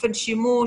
אופן שימוש,